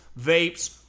vapes